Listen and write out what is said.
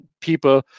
people